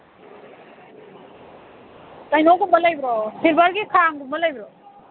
ꯀꯩꯅꯣꯒꯨꯝꯕ ꯂꯩꯕ꯭ꯔꯣ ꯁꯤꯜꯚꯔꯒꯤ ꯈꯥꯡꯒꯨꯝꯕ ꯂꯩꯕ꯭ꯔꯣ